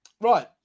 Right